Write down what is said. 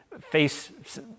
face